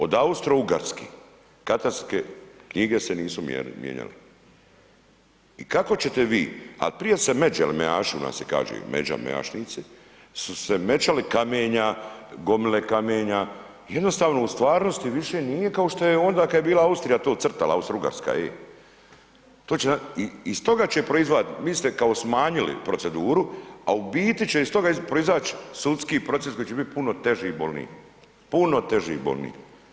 Od Austro-Ugarske katastarske knjige se nisu mijenjale, i kako će te vi, al' prije se ... se kaže, međa, mejašnici, su se mećali kamenja, gomile kamenja, jednostavno u stvarnosti više nije kao što je onda kad je bila Austrija to crta, Austro-Ugarska ej, to će, iz toga će, ... vi ste kao smanjili proceduru, a u biti će iz toga proizać sudski proces koji će biti puno teži i bolniji, puno teži i bolniji.